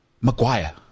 Maguire